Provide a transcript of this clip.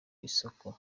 isoko